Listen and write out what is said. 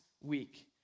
week